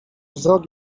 wzrok